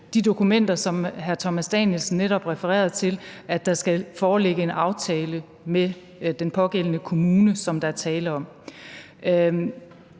de dokumenter, som hr. Thomas Danielsen netop refererede til, skal foreligge en aftale med den pågældende kommune, som der er tale om.